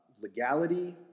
legality